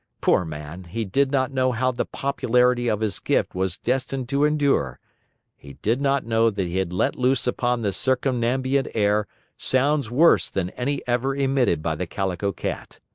poor man, he did not know how the popularity of his gift was destined to endure he did not know that he had let loose upon the circumambient air sounds worse than any ever emitted by the calico cat.